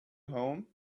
home